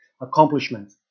accomplishment